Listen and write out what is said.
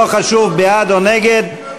לא חשוב בעד או נגד,